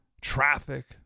Traffic